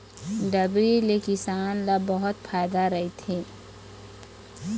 डबरी ले किसान ल बहुत फायदा रहिथे